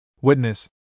Witness